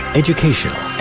educational